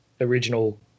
original